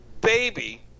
baby